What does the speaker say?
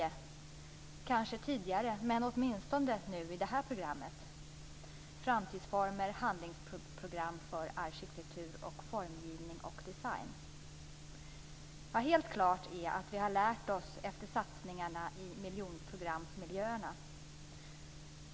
Den fanns kanske också tidigare men har åtminstone kommit i och med programmet Framtidsformer - Handlingsprogram för arkitektur, formgivning och design. Helt klart är att vi har lärt oss av satsningarna i miljonprogramsmiljöerna.